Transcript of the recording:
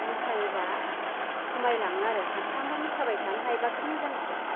मोसायोबा खमायलाङो आरो सानफ्रोमबो मोसाबाय थानो हायोबाथ' मोजांसो